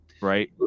Right